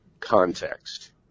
context